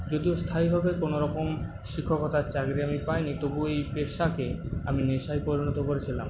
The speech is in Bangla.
যদিও স্থায়ীভাবে কোনোরকম শিক্ষকতার চাকরি আমি পাইনি তবু এই পেশাকে আমি নেশায় পরিণত করেছিলাম